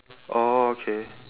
oh okay